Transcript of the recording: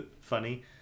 funny